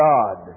God